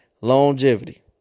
longevity